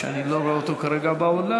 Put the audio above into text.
שאני לא רואה אותו כרגע באולם,